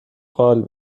قال